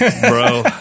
Bro